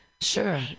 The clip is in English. Sure